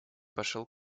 пошел